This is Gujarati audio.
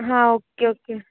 હા ઓકે ઓકે